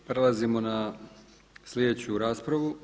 Prelazimo na sljedeću raspravu.